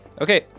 Okay